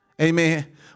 Amen